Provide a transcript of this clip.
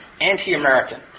anti-American